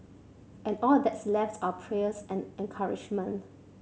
and all that's left are prayers and encouragement